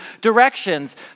directions